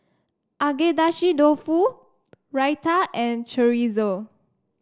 Agedashi Dofu Raita and Chorizo